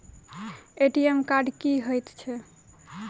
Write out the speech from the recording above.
ATM card की हएत छै?